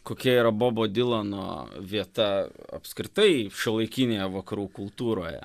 kokia yra bobo dylano vieta apskritai šiuolaikinėje vakarų kultūroje